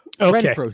Okay